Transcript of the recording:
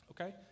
okay